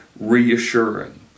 reassuring